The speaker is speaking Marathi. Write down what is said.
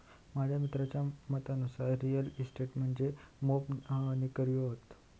माझ्या मित्राच्या मतानुसार रिअल इस्टेट मध्ये मोप नोकर्यो हत